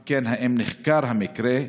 2. אם כן, האם נחקר המקרה?